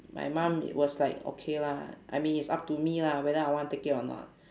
my mum it was like okay lah I mean is up to me lah whether I want take it or not